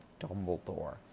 Dumbledore